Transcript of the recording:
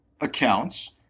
accounts